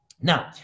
Now